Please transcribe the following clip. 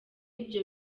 ibyo